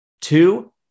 two